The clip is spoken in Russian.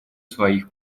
своих